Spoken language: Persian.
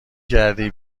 کردی